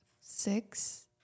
six